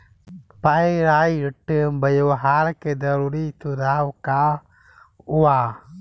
Pyrite व्यवहार के जरूरी सुझाव का वा?